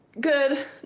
good